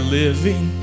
living